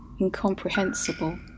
incomprehensible